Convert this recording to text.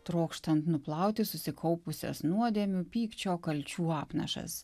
trokštan nuplauti susikaupusias nuodėmių pykčio kalčių apnašas